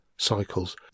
cycles